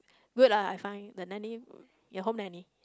good ah I find the nanny ya home nanny